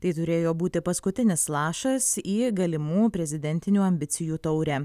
tai turėjo būti paskutinis lašas į galimų prezidentinių ambicijų taurę